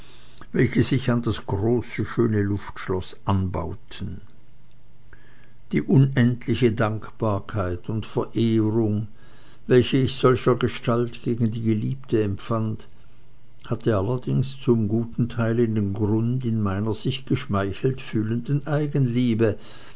welche sich an das große schöne luftschloß anbaueten die unendliche dankbarkeit und verehrung welche ich solchergestalt gegen die geliebte empfand hatte allerdings zum guten teil ihren grund in meiner sich geschmeichelt fühlenden eigenliebe